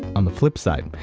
on the flip side,